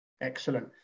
Excellent